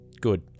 good